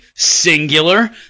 singular